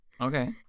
Okay